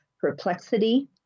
Perplexity